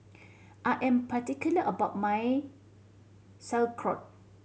I am particular about my Sauerkraut